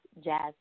jazz